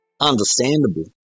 understandable